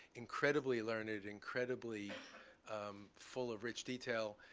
incredibly learned, incredibly full of rich detail,